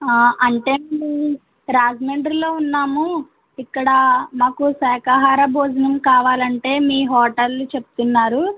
అంటే అండి రాజమండ్రిలో ఉన్నాము ఇక్కడ మాకు శాఖాహార భోజనం కావాలంటే మీ హోటల్ చెప్తున్నారు